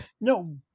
No